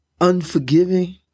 unforgiving